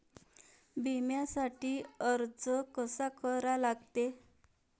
बिम्यासाठी अर्ज कसा करा लागते?